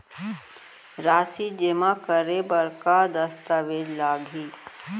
राशि जेमा करे बर का दस्तावेज लागही?